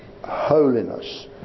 holiness